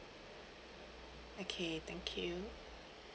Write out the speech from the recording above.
okay thank you